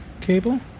cable